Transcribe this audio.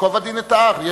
ייקוב הדין את ההר.